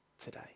today